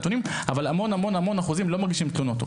הנתונים - שקרוב הרבה אחוזים לא מגישים תלונות.